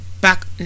back